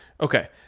Okay